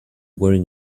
wearing